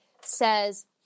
says